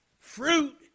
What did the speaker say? Fruit